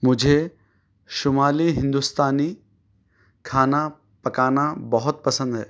مجھے شمالی ہندوستانی کھانا پکانا بہت پسند ہے